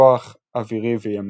כוח אוורי וימי,